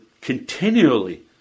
continually